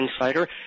Insider